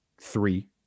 three